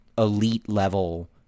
elite-level